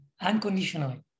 unconditionally